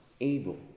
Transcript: able